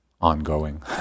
ongoing